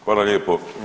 Hvala lijepo.